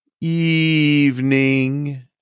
evening